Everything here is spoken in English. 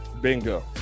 Bingo